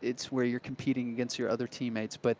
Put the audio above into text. it's where you're competing against you're other teammates. but